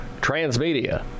Transmedia